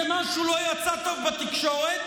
כי משהו לא יצא טוב בתקשורת,